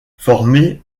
formée